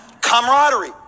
camaraderie